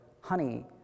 honey